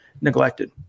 Neglected